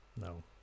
no